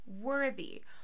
Worthy